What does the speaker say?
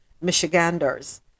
Michiganders